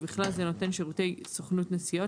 ובכלל זה נותן שירותי סוכנות נסיעות.